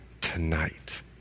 tonight